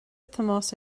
tomás